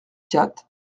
quatre